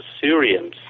Syrians